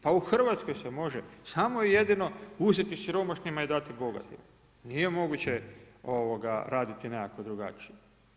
Pa u Hrvatskoj se može samo i jedino uzeti siromašnima i dati bogatima, nije moguće raditi nekako drugačije.